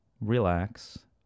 relax